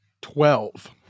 Twelve